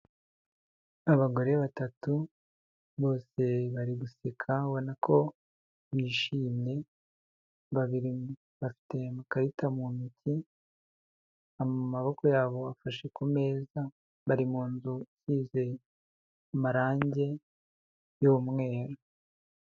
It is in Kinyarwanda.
Abagore batatu bose bari guseka ubona ko bishimye, babiri bafite amakarita mu ntoki, amaboko yabo afashe ku meza, bari mu nzu isize amarangi y''umweru.